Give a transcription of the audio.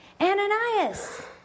Ananias